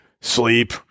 sleep